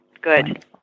Good